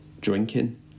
drinking